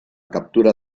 captura